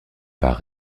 par